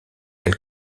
elle